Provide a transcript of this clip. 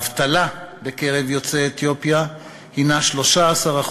שיעור האבטלה בקרב יוצאי אתיופיה הוא 13%,